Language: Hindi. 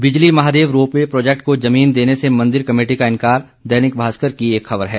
बिजली महादेव रोप वे प्रोजेक्ट को जमीन देने से मंदिर कमेटी का इंकार दैनिक भास्कर की एक ख़बर है